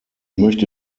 möchte